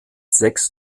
sechs